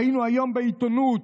ראינו היום בעיתונות